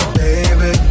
baby